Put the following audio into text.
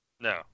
no